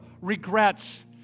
regrets